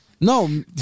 No